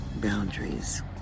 boundaries